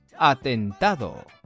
Atentado